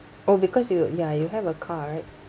oh because you ya you have a card